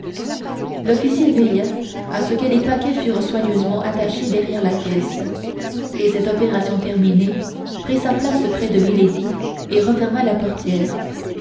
l'officier veilla à ce que les paquets fussent soigneusement attachés derrière la caisse et cette opération terminée prit sa place près de milady et referma la portière